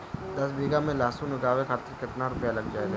दस बीघा में लहसुन उगावे खातिर केतना रुपया लग जाले?